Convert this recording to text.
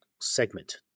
segment